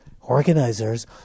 organizers